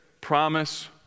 promise